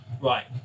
Right